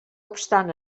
obstant